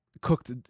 cooked